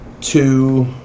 Two